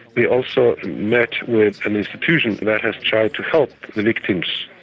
we also met with an institution that has tried to help the victims.